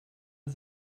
der